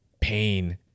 pain